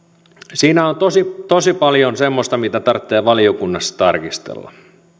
siinä on tosi tosi paljon semmoista mitä tarvitsee valiokunnassa tarkistella